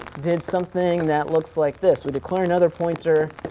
did something that looks like this. we declare another pointer,